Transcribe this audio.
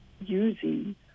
using